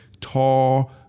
tall